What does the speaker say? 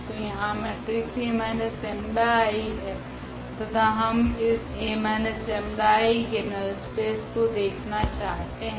तो यहाँ मेट्रिक्स 𝐴−𝜆𝐼 है तथा हम इस 𝐴−𝜆𝐼 के नल स्पेस को देखना चाहते है